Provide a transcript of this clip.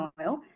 oil